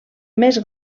més